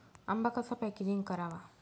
आंबा कसा पॅकेजिंग करावा?